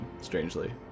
strangely